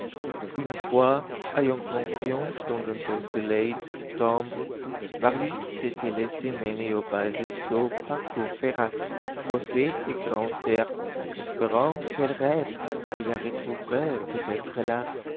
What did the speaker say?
une fois ayant confiance dans un beau soleil de septembre marius s'était laissé mener au bal de sceaux par courfeyrac bossuet et grantaire espérant quel rêve qu'il la retrouverait peut-être là